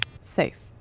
Safe